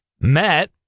met